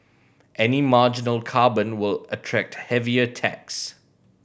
any marginal carbon will attract heavier tax